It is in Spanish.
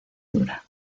dura